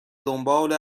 دنبال